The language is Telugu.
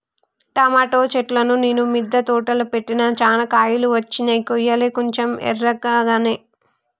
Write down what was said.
టమోటో చెట్లును నేను మిద్ద తోటలో పెట్టిన చానా కాయలు వచ్చినై కొయ్యలే కొంచెం ఎర్రకాగానే